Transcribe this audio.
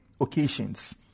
occasions